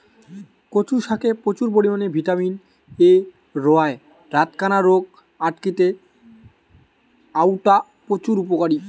কচু শাকে প্রচুর পরিমাণে ভিটামিন এ রয়ায় রাতকানা রোগ আটকিতে অউটা প্রচুর উপকারী